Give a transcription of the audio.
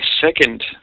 second